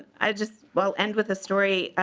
i just will end with the story.